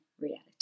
reality